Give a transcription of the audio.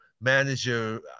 manager